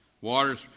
Waters